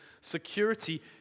security